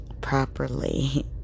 Properly